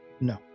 No